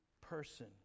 person